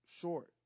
short